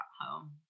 home